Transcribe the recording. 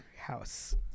house